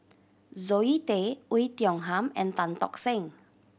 Zoe Tay Oei Tiong Ham and Tan Tock Seng